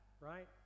right